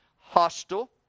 hostile